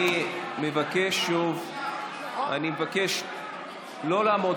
אני מבקש לא לעמוד.